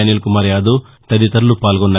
అనిల్ కుమార్ యాదవ్ తదితరులు పాల్గొన్నారు